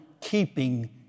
keeping